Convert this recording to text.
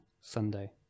Sunday